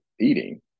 eating